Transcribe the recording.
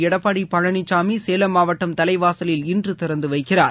எடப்பாடி பழனிசாமி சேலம் மாவட்டம் தலைவாசலில் இன்று திறந்து வைக்கிறார்